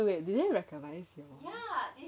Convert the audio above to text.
wait they didn't recognise you